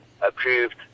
approved